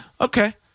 okay